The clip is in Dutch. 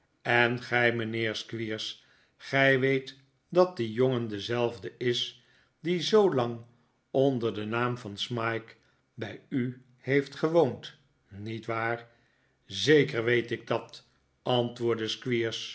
en gij mijnheer squeers gij weet dat die jongen dezelfde is die zoolang onder den naam van smike bij u heeft gewoond niet waar zeker weet ik dat antwoordde